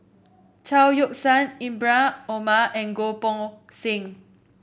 Chao Yoke San Ibrahim Omar and Goh Poh Seng